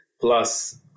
Plus